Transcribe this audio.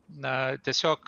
na tiesiog